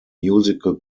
musical